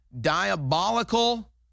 diabolical